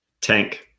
Tank